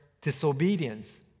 disobedience